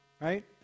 right